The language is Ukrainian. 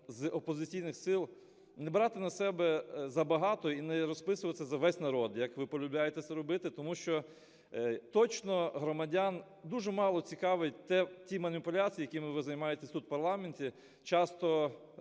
з опозиційних сил не брати на себе забагато і не розписуватися за весь народ, як ви полюбляєте це робити. Тому що точно громадян дуже мало цікавлять ті маніпуляції, якими ви займаєтеся тут в парламенті. Часто,